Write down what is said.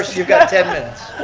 you've got ten minutes.